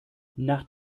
nach